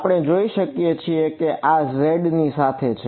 આપણે જોઈ શકીએ છીએ કે આ z ની સાથે છે